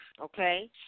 okay